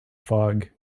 fog